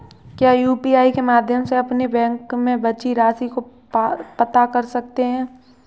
क्या यू.पी.आई के माध्यम से अपने बैंक में बची राशि को पता कर सकते हैं?